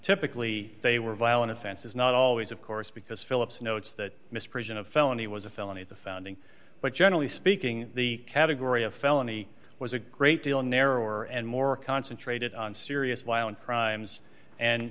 typically they were violent offenses not always of course because phillips notes that misprision of felony was a felony at the founding but generally speaking the category of felony was a great deal narrower and more concentrated on serious violent crimes and